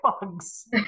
bugs